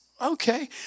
Okay